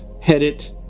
headed